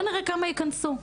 בואו נראה כמה ייכנסו.